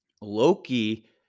Loki